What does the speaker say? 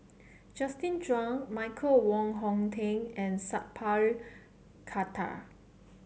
Justin Zhuang Michael Wong Hong Teng and Sat Pal Khattar